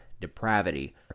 depravity